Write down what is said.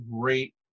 great